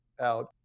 out